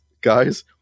guys